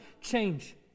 change